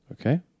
Okay